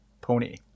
Pony